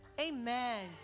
Amen